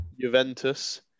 Juventus